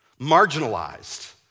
marginalized